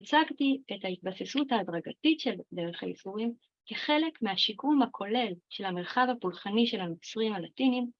‫הצגתי את ההתבססות ההדרגתית ‫של "דרך הייסורים", ‫כחלק מהשיקום הכולל ‫של המרחב הפולחני של המצרים הלטינים.